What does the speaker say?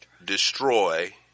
destroy